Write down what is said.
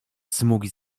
smugi